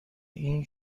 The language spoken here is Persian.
این